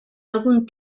algun